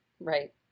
Right